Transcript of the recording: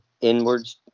inwards